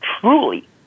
truly